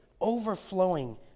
overflowing